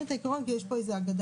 את העיקרון כי יש פה איזו הגדלה.